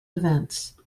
events